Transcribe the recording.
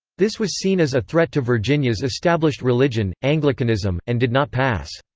this was seen as a threat to virginia's established religion, anglicanism, and did not pass.